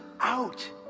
out